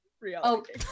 reality